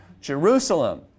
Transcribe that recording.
Jerusalem